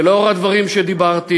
ולאור הדברים שדיברתי,